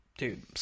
Dude